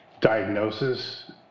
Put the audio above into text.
diagnosis